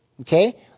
Okay